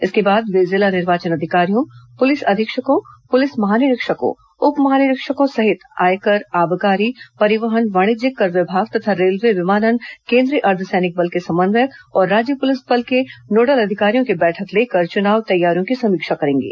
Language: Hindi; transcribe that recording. इसके बाद वे जिला निर्वाचन अधिकारियों पुलिस अधीक्षकों पुलिस महानिरीक्षकों उप महानिरीक्षकों सहित आयकर आबकारी परिवहन वाणिज्यिक कर विभाग तथा रेल्वे विमानन केन्द्रीय अर्द्व सैनिक बल के समन्वयक और राज्य पुलिस के नोडल अधिकारियों की बैठक लेकर चुनाव तैयारियों की समीक्षा करेंगे